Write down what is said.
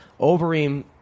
Overeem